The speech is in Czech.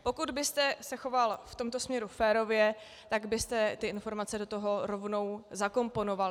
Pokud byste se choval v tomto směru férově, tak byste ty informace do toho rovnou zakomponoval.